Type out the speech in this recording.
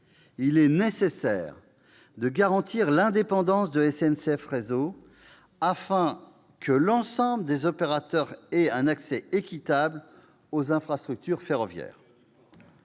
il est nécessaire de garantir l'indépendance de SNCF Réseau, afin que l'ensemble des opérateurs aient un accès équitable aux infrastructures ferroviaires.